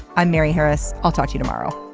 i'm mary harris. i'll talk to you tomorrow